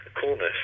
coolness